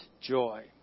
joy